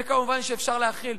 אבל את אותו חישוב אפשר לעשות